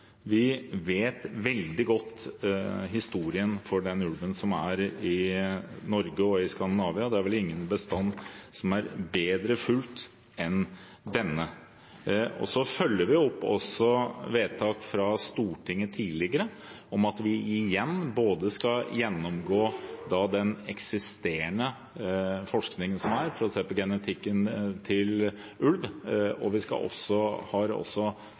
Vi kjenner veldig godt historien til ulven som er i Norge og i Skandinavia. Det er vel ingen bestand som er bedre fulgt enn denne. Så følger vi også opp tidligere vedtak fra Stortinget om at vi igjen skal gjennomgå den eksisterende forskningen som er, for å se på genetikken til ulv, og vi har også